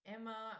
Emma